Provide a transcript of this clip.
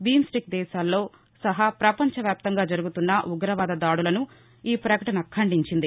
BIMSTEC దేశాల్లో సహా ప్రపంచ వ్యాప్తంగా జరుగుతున్న ఉగ్రవాద దాడులను ఈ ప్రకటన ఖండించింది